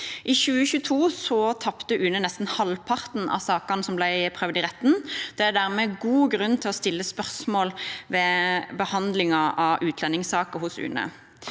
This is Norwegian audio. I 2022 tapte UNE nesten halvparten av sakene som ble prøvd i retten. Det er dermed god grunn til å stille spørsmål om behandlingen av utlendingssaker hos UNE.